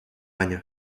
años